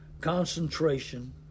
concentration